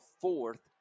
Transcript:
fourth